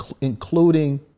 including